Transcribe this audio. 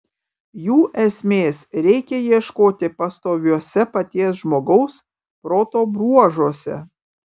jų esmės reikia ieškoti pastoviuose paties žmogaus proto bruožuose